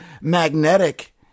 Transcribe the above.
magnetic